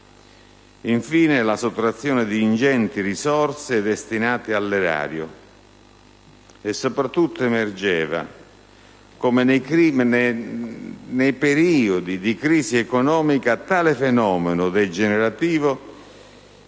infine, la sottrazione di ingenti risorse destinate all'erario. E soprattutto, emergeva come, nei periodi di crisi economica, tale fenomeno degenerativo